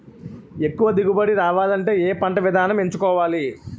ఎక్కువ దిగుబడి రావాలంటే ఏ పంట విధానం ఎంచుకోవాలి?